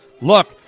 Look